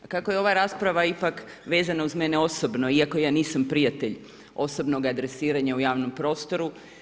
Kako je ova rasprava ipak vezana uz mene osobno, iako ja nisam prijatelj, osobnoga dresiranja u javnom prostoru.